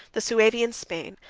the suevi in spain,